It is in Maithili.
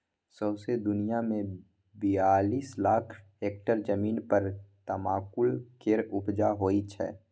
सौंसे दुनियाँ मे बियालीस लाख हेक्टेयर जमीन पर तमाकुल केर उपजा होइ छै